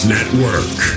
Network